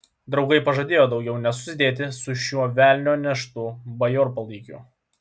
draugai pažadėjo daugiau nesusidėti su šiuo velnio neštu bajorpalaikiu